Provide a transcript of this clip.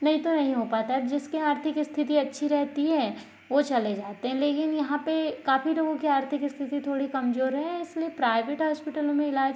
नहीं तो नहीं हो पाता है अब जिसकी आर्थिक स्थिति अच्छी रहती हैं वो चले जाते हैं लेकिन यहाँ पर काफ़ी लोगों की आर्थिक स्थिति थोड़ी कमजोर है इसलिए प्राइवेट हॉस्पिटलों में इलाज